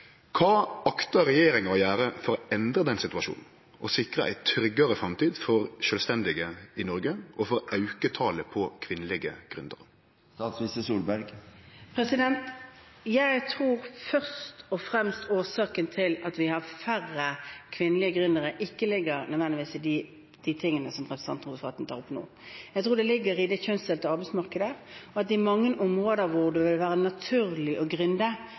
regjeringa å gjere for å endre den situasjonen og sikre ei tryggare framtid for sjølvstendig næringsdrivande i Noreg og auke talet på kvinnelege gründerar? Jeg tror at årsaken til at vi har færre kvinnelige gründere, ikke først og fremst ligger i det som representanten Rotevatn tar opp nå. Jeg tror det ligger i det kjønnsdelte arbeidsmarkedet, og at på mange områder hvor det ville vært naturlig å «gründe» for kvinner, på grunn av deres arbeidsbakgrunn og